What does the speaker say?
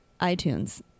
iTunes